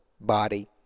body